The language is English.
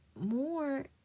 more